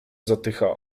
zatyka